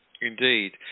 Indeed